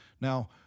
Now